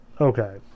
okay